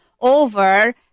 over